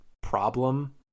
problem